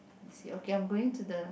let's see okay I am going to the